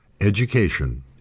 education